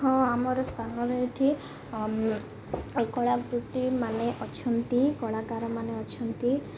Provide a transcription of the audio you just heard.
ହଁ ଆମର ସ୍ଥାନରେ ଏଠି କଳାକୃତ୍ତିମାନେ ଅଛନ୍ତି କଳାକାରମାନେ ଅଛନ୍ତି